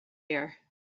here